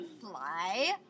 fly